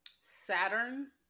Saturn